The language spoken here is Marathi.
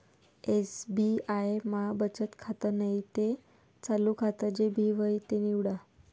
एस.बी.आय मा बचत खातं नैते चालू खातं जे भी व्हयी ते निवाडा